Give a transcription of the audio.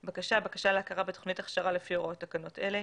"בקשה" בקשה להכרה בתוכנית הכשרה לפי הוראות תקנות אלה,